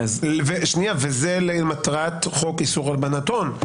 שנייה, וזה למטרת חוק איסור הלבנת הון.